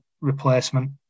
replacement